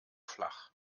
flach